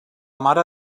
mare